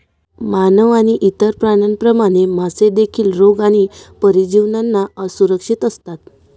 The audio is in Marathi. मानव आणि इतर प्राण्यांप्रमाणे, मासे देखील रोग आणि परजीवींना असुरक्षित असतात